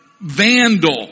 Vandal